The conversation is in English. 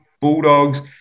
Bulldogs